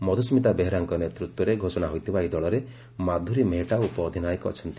ମଧୁସ୍କୁତା ବେହେରାଙ୍କ ନେତୃତ୍ୱରେ ଘୋଷଣା ହୋଇଥିବା ଏହି ଦଳରେ ମାଧୁରୀ ମେହେଟା ଉପଅଧିନାୟକ ଅଛନ୍ତି